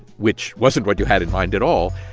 which wasn't what you had in mind at all,